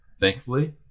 thankfully